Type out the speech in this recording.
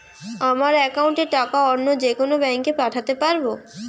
আমার একাউন্টের টাকা অন্য যেকোনো ব্যাঙ্কে পাঠাতে পারব?